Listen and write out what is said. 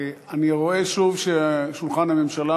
אני רואה שוב ששולחן הממשלה,